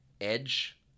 edge